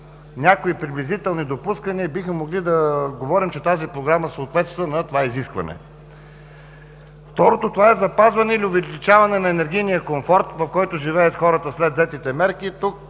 някои приблизителни допускания бихме могли да говорим, че тази Програма съответства на това изискване. Второто е запазване или увеличаване на енергийния комфорт, в който живеят хората след взетите мерки. Тук